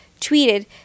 tweeted